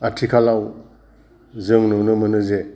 आथिखालाव जों नुनो मोनो जे